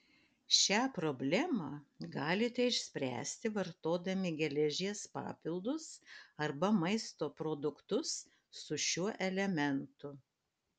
šią problemą galite išspręsti vartodami geležies papildus arba maisto produktus su šiuo elementu